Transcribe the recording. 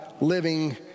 living